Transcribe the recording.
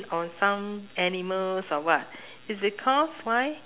on some animals or what is because why